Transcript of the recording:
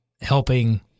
helping